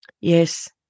Yes